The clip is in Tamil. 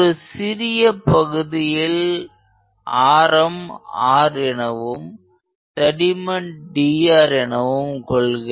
ஒரு சிறிய பகுதியில் ஆரம் r எனவும் தடிமன் dr எனவும் கொள்க